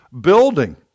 building